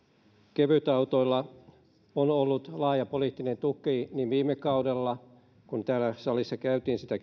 kevytautoilla on ollut laaja poliittinen tuki viime kaudella kun täällä salissa käytiin sitä